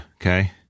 okay